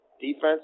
defense